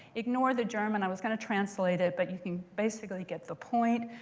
ignore the german. i was going to translate it, but you can basically get the point.